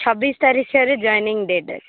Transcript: ଛବିଶ ତାରିଖରେ joining date ଅଛି